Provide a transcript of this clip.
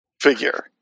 figure